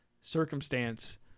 circumstance